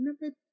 number